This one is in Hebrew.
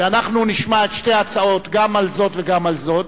שאנחנו נשמע את שתי ההצעות, גם על זאת וגם על זאת,